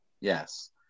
Yes